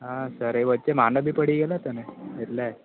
હા સર એ વચ્ચે માંદો બી પડી ગયેલો હતોને એટલે